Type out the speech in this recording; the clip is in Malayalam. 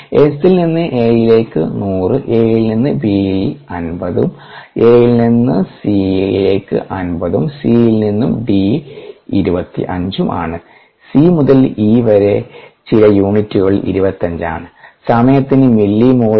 Sൽ നിന്നും Aയിലേക്ക് 100 Aൽ നിന്നും ബിയിൽ50 ഉം A യിൽ നിന്നും Cക്കു 50 ഉം Cയിൽ നിന്നും D 25 ഉം ആണ് C മുതൽ E വരെ ചില യൂണിറ്റുകളിൽ 25 ആണ് സമയത്തിന് മില്ലിമോളിൽ